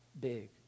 big